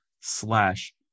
slash